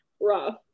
rough